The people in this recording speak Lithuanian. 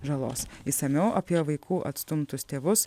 žalos išsamiau apie vaikų atstumtus tėvus